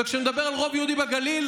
וכשאני מדבר על רוב יהודי בגליל,